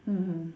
mmhmm